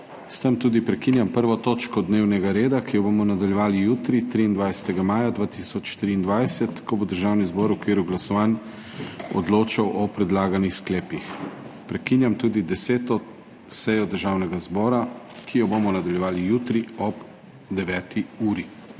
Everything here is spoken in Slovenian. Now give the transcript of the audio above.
S tem tudi prekinjam 1. točko dnevnega reda, ki jo bomo nadaljevali jutri, 23. maja 2023, ko bo Državni zbor v okviru glasovanj odločal o predlaganih sklepih. Prekinjam tudi 10. sejo Državnega zbora, ki jo bomo nadaljevali jutri ob 9. uri.